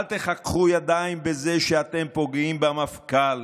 אל תחככו ידיים על זה שאתם פוגעים במפכ"ל